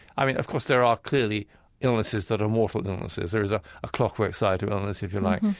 i mean, of course, there are clearly illnesses that are mortal illnesses. there is a clockwork side to illness, if you like.